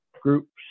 groups